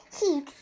heat